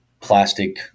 plastic